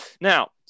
Now